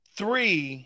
three